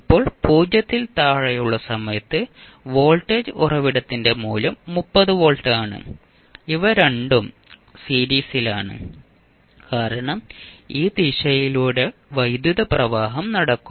ഇപ്പോൾ 0 ൽ താഴെയുള്ള സമയത്ത് വോൾട്ടേജ് ഉറവിടത്തിന്റെ മൂല്യം 30 വോൾട്ട് ആണ് ഇവ 2 ഉം സീരീസിലാണ് കാരണം ഈ ദിശയിലൂടെ വൈദ്യുത പ്രവാഹം നടക്കും